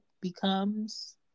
becomes